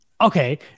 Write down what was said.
okay